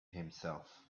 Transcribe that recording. himself